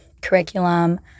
curriculum